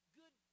good